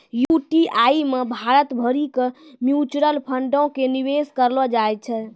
UTI मे भारत भरि के म्यूचुअल फंडो के निवेश करलो जाय छै